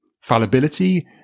fallibility